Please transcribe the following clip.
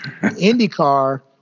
IndyCar